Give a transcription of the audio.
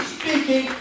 speaking